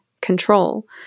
control